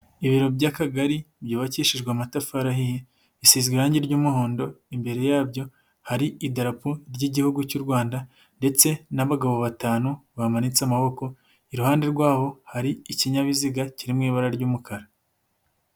Ibiro by'Akagari byubakishijwe amatafari ahiye bisizwe irangi ry'umuhondo, imbere yabyo hari idarapo ry'Igihugu cy'u Rwanda, ndetse n'abagabo batanu bamanitse amaboko, iruhande rwabo hari ikinyabiziga kirimo ibara ry'umukara.